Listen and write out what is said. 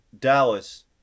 Dallas